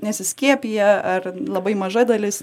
nesiskiepija ar labai maža dalis